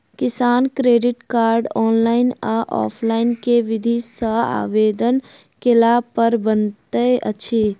किसान credit card, online या offline केँ विधि सँ आवेदन कैला पर बनैत अछि?